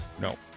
no